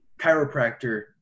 chiropractor